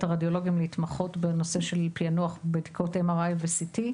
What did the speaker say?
הרדיולוגים להתמחות בנושא של פענוח בדיקות MRI ו-CT.